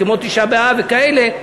כמו תשעה באב וכאלה.